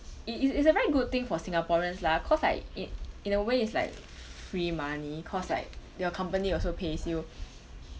i~ is is a very good thing for singaporeans lah cause like it in a way is like f~ free money cause like your company also pays you